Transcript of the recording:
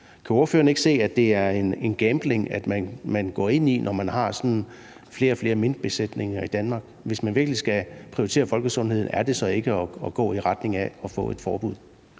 Kan ordføreren ikke se, at det er en gambling, man går ind i, når man har sådan flere og flere minkbesætninger i Danmark? Hvis man virkelig skal prioritere folkesundheden, er det så ikke at gå i retning af at få et forbud?